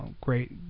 great